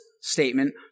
statement